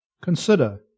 consider